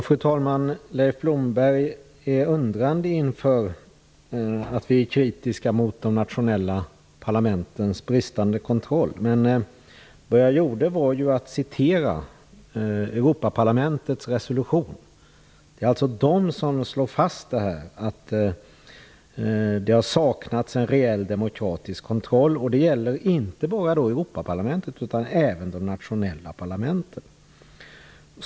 Fru talman! Leif Blomberg är undrande inför att vi är kritiska mot de nationella parlamentens bristande kontroll. Men vad jag gjorde var att jag citerade Europaparlamentets resolution. Det är alltså Europaparlamentet som slår fast att det har saknats en reell demokratisk kontroll. Det gäller då inte bara Europaparlamentet utan även de nationella parlamenten.